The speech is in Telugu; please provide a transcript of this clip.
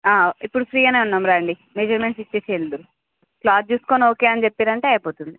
ఇప్పుడు ఫ్రీగానే ఉన్నాము రండి మెజర్మెంట్స్ ఇచ్చేసి వెళ్దురు క్లాత్ చూసుకుని ఓకే అని చెప్పారంటే అయిపోతుంది